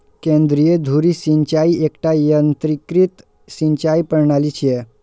केंद्रीय धुरी सिंचाइ एकटा यंत्रीकृत सिंचाइ प्रणाली छियै